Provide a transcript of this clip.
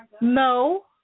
No